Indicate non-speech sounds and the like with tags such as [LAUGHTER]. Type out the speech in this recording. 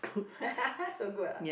[LAUGHS] so good ah